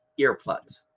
earplugs